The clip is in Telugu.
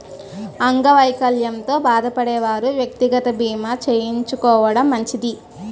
అంగవైకల్యంతో బాధపడే వారు వ్యక్తిగత బీమా చేయించుకోవడం మంచిది